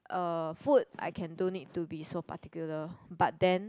um food I can don't need to be so particular but then